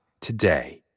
today